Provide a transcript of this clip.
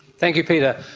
thank you peter.